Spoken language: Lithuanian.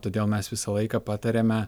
todėl mes visą laiką patariame